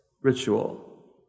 Ritual